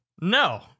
No